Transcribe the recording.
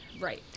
Right